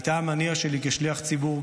הייתה המניע שלי כשליח ציבור,